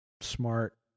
Smart